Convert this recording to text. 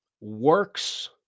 works